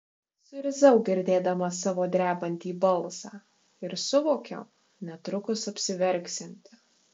suirzau girdėdama savo drebantį balsą ir suvokiau netrukus apsiverksianti